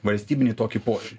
valstybinį tokį požiūrį